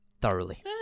thoroughly